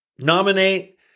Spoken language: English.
nominate